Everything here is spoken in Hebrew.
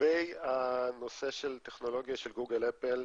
לגבי הנושא של טכנולוגיה של גוגל-אפל,